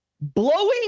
blowing